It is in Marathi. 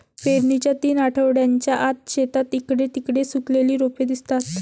पेरणीच्या तीन आठवड्यांच्या आत, शेतात इकडे तिकडे सुकलेली रोपे दिसतात